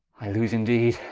i lose indeede,